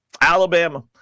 Alabama